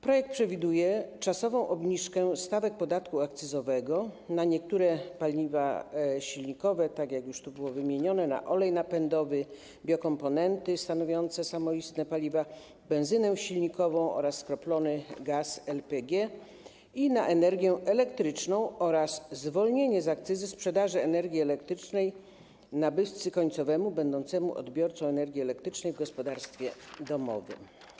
Projekt ustawy przewiduje czasową obniżkę stawek podatku akcyzowego na niektóre paliwa silnikowe, tak jak już tu było wymienione, na olej napędowy, biokomponenty stanowiące samoistne paliwa, benzynę silnikową oraz skroplony gaz LPG i na energię elektryczną oraz zwolnienie z akcyzy sprzedaży energii elektrycznej nabywcy końcowemu będącemu odbiorcą energii elektrycznej w gospodarstwie domowym.